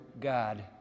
God